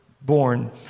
born